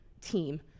team